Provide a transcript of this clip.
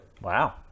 wow